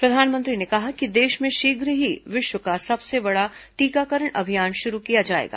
प्रधानमंत्री ने कहा कि देष में शीघ्र ही विष्व का सबसे बड़ा टीकाकरण अभियान शुरू किया जायेगा